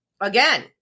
again